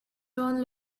only